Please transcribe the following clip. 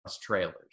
trailers